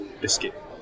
biscuit